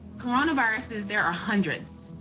coronaviruses, there are hundreds.